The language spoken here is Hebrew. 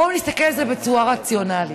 בואו נסתכל על זה בצורה רציונלית,